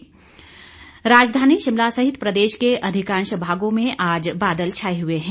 मौसम राजधानी शिमला सहित प्रदेश के अधिकांश भागों में आज बादल छाए हुए हैं